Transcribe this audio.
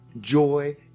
joy